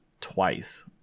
twice